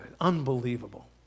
Unbelievable